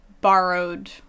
borrowed